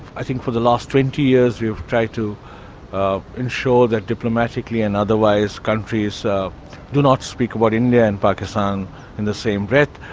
i think for the last twenty years, we have tried to ensure that diplomatically and otherwise, countries so do not speak about india and pakistan in the same breath.